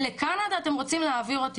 לקנדה אתם רוצים להעביר אותי,